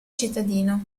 cittadino